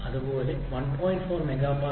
അതുപോലെ 1